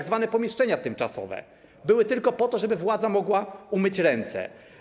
Tzw. pomieszczenia tymczasowe były tylko po to, żeby władza mogła umyć ręce.